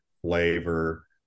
flavor